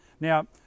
Now